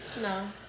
No